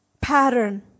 pattern